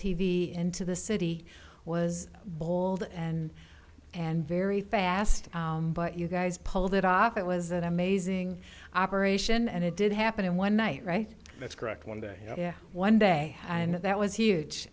v into the city was bold and and very fast but you guys pulled it off it was an amazing operation and it did happen in one night right that's correct one day one day and that was huge